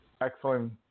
excellent